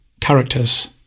characters